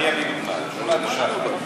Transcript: אני אגיד לך: בשכונת השחר,